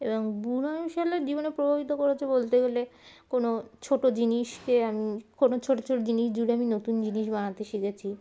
এবং বুড়াশালার জীবনে প্রভাবিত করেছে বলতে গেলে কোনো ছোটো জিনিসকে আমি কোনো ছোটো ছোটো জিনিস জুড়ে আমি নতুন জিনিস বানাতে শিখেছি